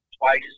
twice